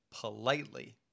politely